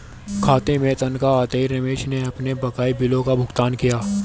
खाते में तनख्वाह आते ही रमेश ने अपने बकाया बिलों का भुगतान किया